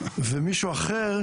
ומישהו אחר,